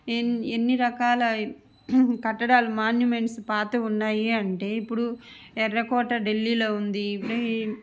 ఎన్ ఎన్ని రకాల కట్టడాలు మాన్యుమెంట్స్ పాతవి ఉన్నాయి అంటే ఇప్పుడు ఎర్రకోట ఢిల్లీలో ఉంది